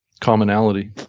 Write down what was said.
commonality